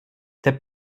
der